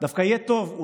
אני לא יודעת לצטט.